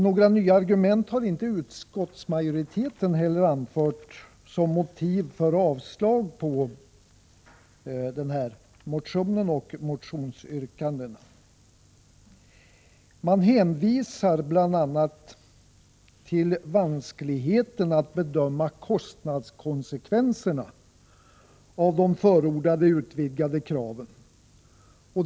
Utskottsmajoriteten har inte heller anfört några nya argument som motiv för att avstyrka motionsyrkandena. Utskottsmajoriteten hänvisar bl.a. till vanskligheten att bedöma kostnadskonsekvenserna av de förordade utvidgade kraven.